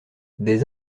des